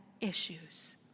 issues